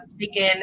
taken